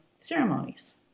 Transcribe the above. ceremonies